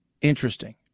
interesting